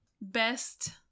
Best